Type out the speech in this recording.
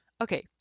Okay